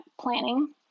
planning